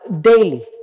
daily